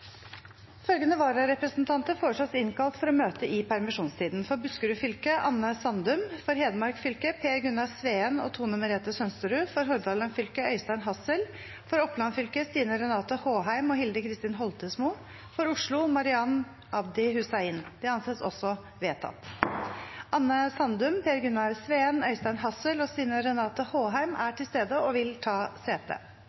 Følgende vararepresentanter innkalles for å møte i permisjonstiden: For Buskerud fylke: Anne Sandum For Hedmark fylke: Per-Gunnar Sveen og Tone Merete Sønsterud For Hordaland fylke: Øystein Hassel For Oppland fylke: Stine Renate Håheim og Hilde Kristin Holtesmo For Oslo: Marian Abdi Hussein Anne Sandum, Per-Gunnar Sveen, Øystein Hassel og Stine Renate Håheim er